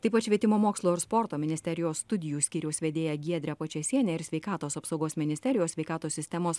taip pat švietimo mokslo ir sporto ministerijos studijų skyriaus vedėja giedre pačėsiene ir sveikatos apsaugos ministerijos sveikatos sistemos